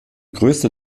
größte